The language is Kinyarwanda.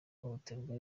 ihohoterwa